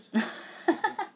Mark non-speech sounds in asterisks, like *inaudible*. *laughs*